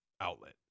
outlet